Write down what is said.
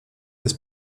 jest